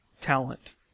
talent